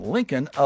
Lincoln